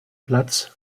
platz